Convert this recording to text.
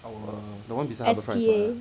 S_P_A